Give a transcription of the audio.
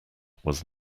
was